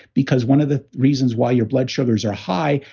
because one of the reasons why your blood sugars are high,